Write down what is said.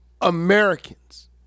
Americans